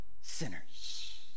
sinners